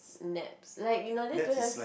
naps like you no need to have